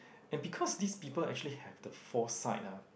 and because these people actually have the foresight ah